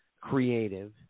creative